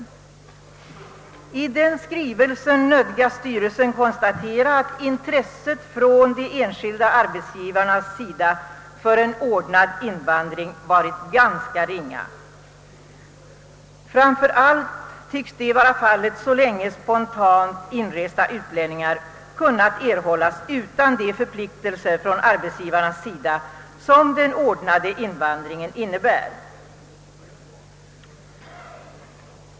I sin skrivelse nödgas styrelsen konstatera att de enskilda arbetsgivarnas intresse för en ordnad invandring varit ganska ringa. Framför allt tycks detta vara fallet så länge spontant inresta utlänningar kunnat erhållas som arbetskraft utan de förpliktelser från arbetsgivarnas sida som den ordnade invandringen medför.